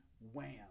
wham